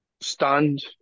stunned